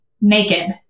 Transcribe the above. naked